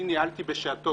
ניהלתי בשעתו,